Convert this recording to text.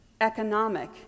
economic